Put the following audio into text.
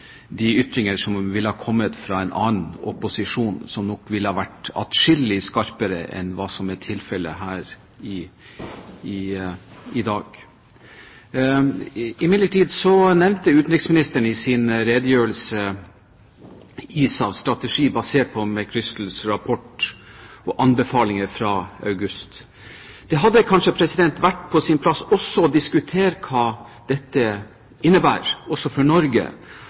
de ytringer som ville ha kommet fra en annen opposisjon, nok ville ha vært atskillig skarpere enn hva som er tilfellet her i dag. Imidlertid nevnte utenriksministeren i sin redegjørelse ISAFs strategi basert på McChrystals rapport og anbefalinger fra august. Det hadde kanskje vært på sin plass også å diskutere hva det innebærer, også for Norge,